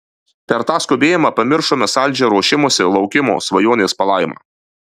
per tą skubėjimą pamiršome saldžią ruošimosi laukimo svajonės palaimą